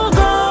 go